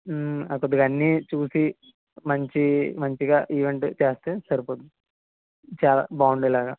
అప్పుడు అన్ని చూసి మంచి మంచిగా ఈవెంట్ చేస్తే సరిపోద్ది చాలా బాగుంది ఇలాగా